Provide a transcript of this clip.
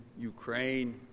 Ukraine